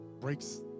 breaks